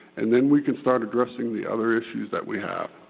and then we can start addressing the other issues that we have.